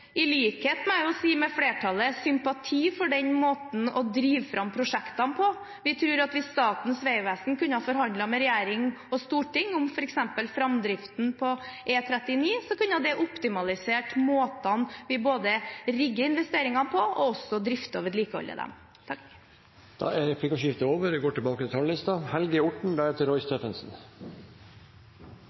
i likhet med flertallet, sympati for den måten å drive fram prosjektene på. Vi tror at hvis Statens vegvesen kunne ha forhandlet med regjering og storting om f.eks. framdriften på E39, kunne det ha optimalisert måtene vi både rigger investeringene på og også drifter og vedlikeholder dem. Replikkordskiftet er dermed over.